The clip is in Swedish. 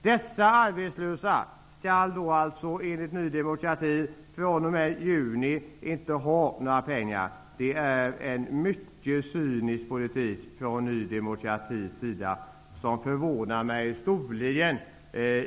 De arbetslösa skall alltså enligt Ny demokrati fr.o.m. juni inte ha några pengar. Det är en mycket cynisk politik från Ny demokratis sida, som förvånar mig storligen.